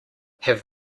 have